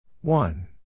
one